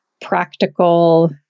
practical